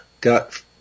got